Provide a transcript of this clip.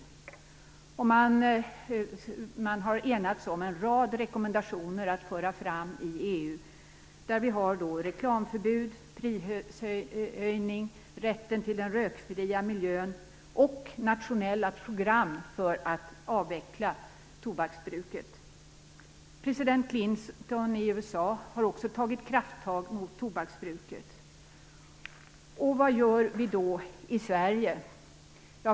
Kommittén har enats om en rad rekommendationer att föra fram i EU, t.ex. reklamförbud, prishöjningar, rätten till en rökfri miljö och nationella program för att avveckla tobaksbruket. President Clinton i USA har också tagit krafttag mot tobaksbruket. Vad gör vi då i Sverige?